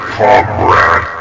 comrade